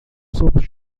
sobre